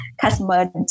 customer